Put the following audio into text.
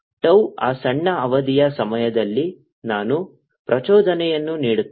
tau ಆ ಸಣ್ಣ ಅವಧಿಯ ಸಮಯದಲ್ಲಿ ನಾನು ಪ್ರಚೋದನೆಯನ್ನು ನೀಡುತ್ತೇನೆ